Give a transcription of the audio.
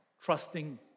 trusting